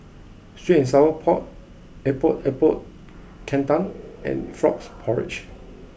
Sweet and Sour Pork Epok Epok Kentang and Frog Porridge